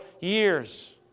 years